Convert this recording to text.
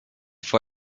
for